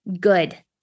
good